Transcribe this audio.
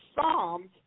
Psalms